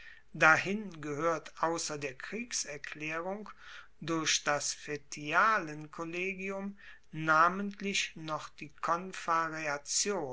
dahin gehoert ausser der kriegserklaerung durch das fetialenkollegium namentlich noch die